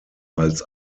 als